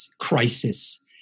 crisis